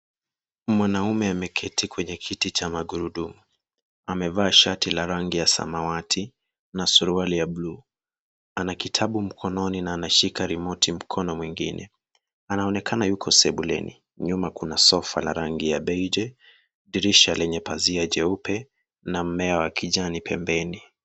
Mwanamume ameketi kwenye kiti cha magurudumu. Amevaa shati la rangi ya samawati na suruali ya blue . Ana kitabu mikononi na anashika rimoti mkono mwingine. Anaonekana yuko sebuleni, nyuma kuna sofa la rangi ya beije, dirisha lenye pazia jeupe na mmea wa kijani pembeni.